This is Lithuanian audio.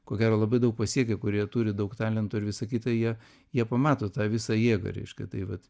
ko gero labai daug pasiekę kurie turi daug talento ir visa kita jie jie pamato tą visą jėgą reiškia tai vat